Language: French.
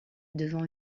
devant